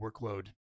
workload